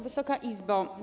Wysoka Izbo!